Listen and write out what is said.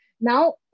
Now